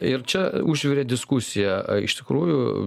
ir čia užvirė diskusija iš tikrųjų